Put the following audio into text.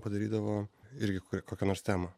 padarydavo irgi kokią nors temą